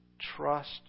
Trust